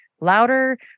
louder